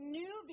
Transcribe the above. new